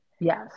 Yes